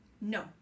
no